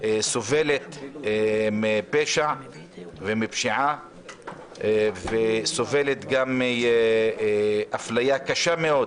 סובלת מפשע ומפשיעה, וסובלת גם מאפליה קשה מאוד.